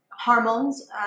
hormones